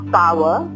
power